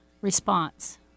response